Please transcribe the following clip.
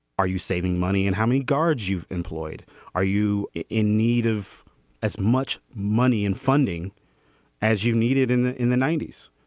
are you saving money and how many guards you've employed are you in need of as much money and funding as you needed in the in the ninety s.